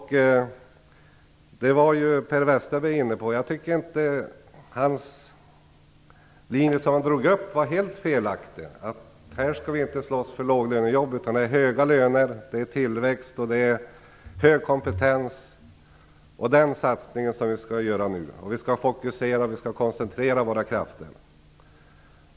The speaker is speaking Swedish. Per Westerberg var inne på det. Jag tycker inte att den linje som han drog upp var helt felaktig. Vi skall inte slåss för låglönejobb, utan den satsning som vi gör nu gäller höga löner, tillväxt och hög kompetens. Vi skall fokusera, och vi skall koncentrera våra krafter.